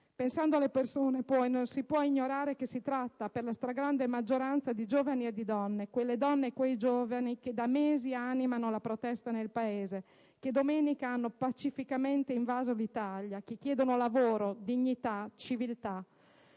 Pensando alle persone non si può poi ignorare che si tratta, per la stragrande maggioranza di giovani e di donne, quelle donne e quei giovani che da mesi animano la protesta nel Paese, che domenica hanno pacificamente invaso l'Italia, che chiedono lavoro, dignità, civiltà.